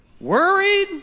Worried